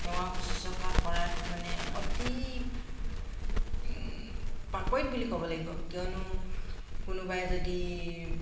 সেৱা শুশ্ৰূষা কৰাত মানে অতি পাকৈত বুলি ক'ব লাগিব কিয়নো কোনোবাই যদি